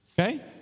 Okay